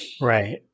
Right